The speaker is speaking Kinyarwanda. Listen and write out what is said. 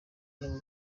imana